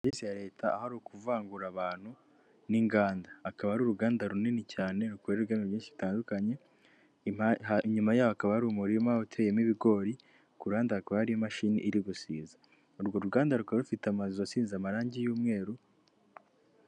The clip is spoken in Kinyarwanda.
Serivise ya leta aho ari ukuvangura abantu n'inganda, hakaba hari uruganda runini cyane rukorerwamo ibintu byinshi bitandukanye, inyuma yaho hakaba hari umurima uteyemo ibigori, ku ruhanda hakaba hari imashini iri gusiza urwo ruganda rukaba rufite amazu asize amarangi y'umweru.